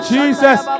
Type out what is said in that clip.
Jesus